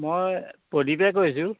মই প্ৰদীপে কৈছোঁ